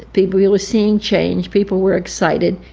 people were seeing change, people were excited,